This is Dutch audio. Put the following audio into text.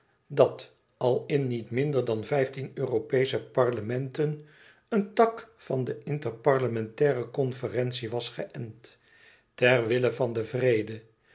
dat al in niet minder dan vijftien europeesche parlementen een tak van de interparlementaire conferentie was geënt ter wille van den vrede